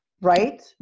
Right